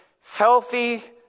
Healthy